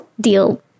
deal